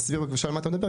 אז תסביר על מה אתה מדבר,